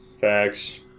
Facts